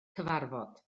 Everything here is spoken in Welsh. cyfarfod